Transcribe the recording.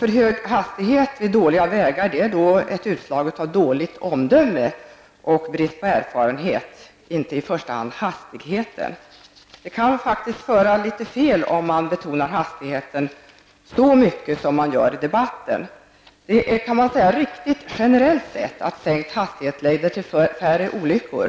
För hög hastighet på dåliga vägar är ett utslag av dåligt omdöme och brist på erfarenhet och beror inte i första hand på själva hastigheten. Det kan faktiskt vara litet missvisande om man betonar hastigheten så mycket som man gör i debatten. Det är riktigt generellt sett att sänkta hastigheter leder till färre olyckor.